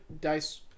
dice